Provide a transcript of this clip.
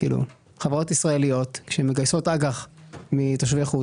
חברות ישראליות שמגייסות אג"ח מתושבי חוץ,